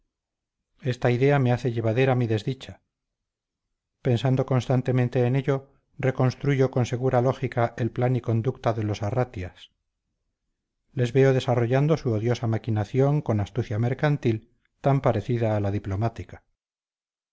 esta idea me hace llevadera mi desdicha pensando constantemente en ello reconstruyo con segura lógica el plan y conducta de los arratias les veo desarrollando su odiosa maquinación con astucia mercantil tan parecida a la diplomática